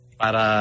para